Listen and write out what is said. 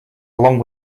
along